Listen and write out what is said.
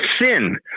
sin